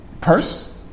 Purse